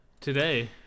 Today